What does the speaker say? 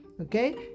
okay